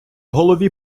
голові